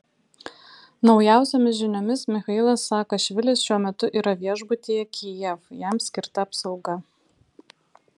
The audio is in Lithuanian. naujausiomis žiniomis michailas saakašvilis šiuo metu yra viešbutyje kijev jam skirta apsauga